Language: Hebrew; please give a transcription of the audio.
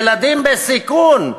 ילדים בסיכון,